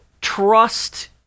trust